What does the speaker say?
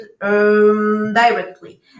directly